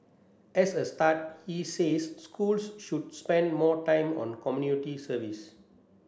as a start he says schools should spend more time on community service